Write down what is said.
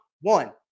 One